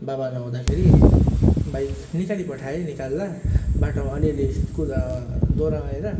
बाबा नहुँदाखेरि बाइक निकाली पठाएँ निकाल्दा बाटोमा अलिअलि कुदा डोर्याएर